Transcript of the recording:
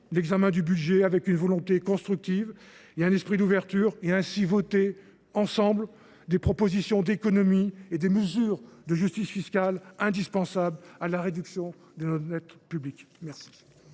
l’examen du budget avec une volonté constructive et un esprit d’ouverture. Ainsi pourrons nous voter ensemble des propositions d’économies et des mesures de justice fiscale indispensables à la réduction de notre dette publique.